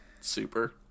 Super